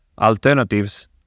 alternatives